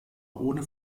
ohne